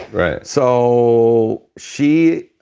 right so she,